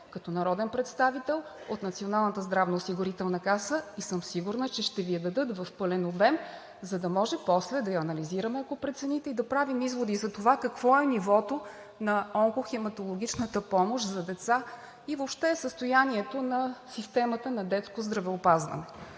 да поискате информация от Националната здравноосигурителна каса. Сигурна съм, че ще Ви я дадат в пълен обем, за да може после да я анализираме, ако прецените, и да правим изводи за това какво е нивото на онкохематологичната помощ за деца и въобще състоянието на системата на детското здравеопазване.